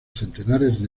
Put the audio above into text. centenares